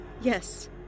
Yes